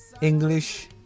English